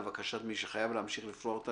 לבקשת מי שחייב להמשיך לפרוע אותה,